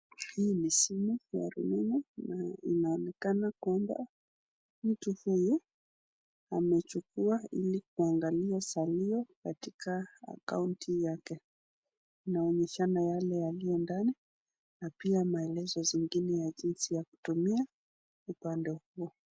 Hii ni simu ya rununu na inaonekana kwamba mtu huyu amechukua ili kuangalia salio katika akaunti yake. Inaonyeshana yake yalio ndani na pia maelezo zingine ya junsi ya kutumia upande huu.